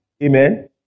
Amen